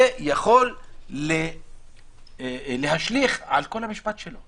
זה יכול להשליך על כל המשפט שלו.